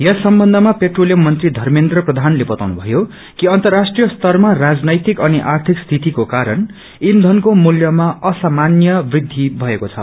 यस सम्बन्धमा पेट्रोलियम मंत्री धमेन्द्र प्रधानले बताउनु भयो कि अनतराष्ट्रिय स्तरमा राजनैतिक अनि आध्रिक स्थितिको कारण ईचनको मूल्यमा असामान्य वृद्धि भइरहेको छ